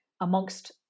amongst